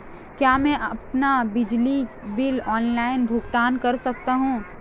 क्या मैं अपना बिजली बिल ऑनलाइन भुगतान कर सकता हूँ?